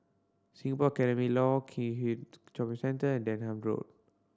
Singapore Academy Law Keat Shopping Centre and Denham Road